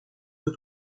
œufs